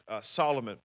Solomon